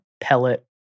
pellet